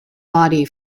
body